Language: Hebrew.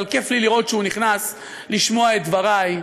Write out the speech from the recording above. אבל כיף לי לראות שהוא נכנס לשמוע את דברי,